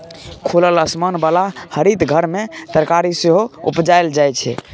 खुलल आसमान बला हरित घर मे तरकारी सेहो उपजाएल जाइ छै